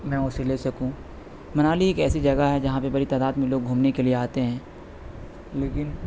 میں اسے لے سکوں منالی ایک ایسی جگہ ہے جہاں پہ بری تعداد میں لوگ گھومنے کے لیے آتے ہیں لیکن